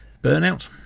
Burnout